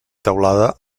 teulada